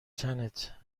تنت